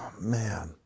man